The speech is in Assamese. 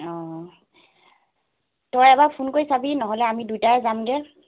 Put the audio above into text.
অঁ তই এবাৰ ফোন কৰি চাবি নহ'লে আমি দুইটাই যামগৈ